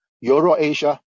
Euro-Asia